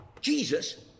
Jesus